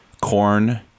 corn